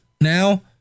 now